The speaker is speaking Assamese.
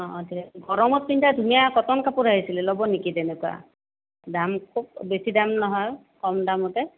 অঁ অঁ ঠিক আছে গৰমত পিন্ধা ধুনীয়া কটন কাপোৰ আহিছিল ল'ব নেকি তেনেকুৱা দাম খুব বেছি দাম নহয় কম দামতে